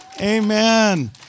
Amen